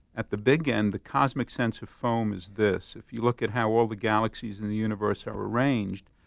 at the big end, the cosmic sense of foam is this if you look at how all the galaxies in the universe are arranged,